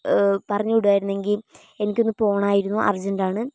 പറഞ്ഞു വിടുമായിരുന്നെങ്കിൽ എനിക്ക് ഒന്ന് പോകണമായിരുന്നു അര്ജൻ്റാണ്